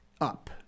up